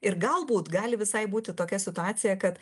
ir galbūt gali visai būti tokia situacija kad